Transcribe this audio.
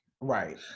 Right